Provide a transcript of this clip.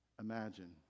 Imagine